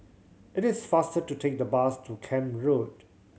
it is faster to take the bus to Camp Road